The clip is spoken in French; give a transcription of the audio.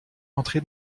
entré